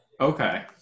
Okay